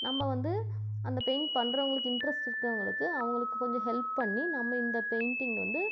நம்ப வந்து அந்த பெயிண்ட் பண்ணுறவுங்களுக்கு இன்ட்ரஸ்ட் இருக்கவங்களுக்கு அவங்களுக்கு கொஞ்சம் ஹெல்ப் பண்ணி நம்ம இந்த பெயிண்டிங் வந்து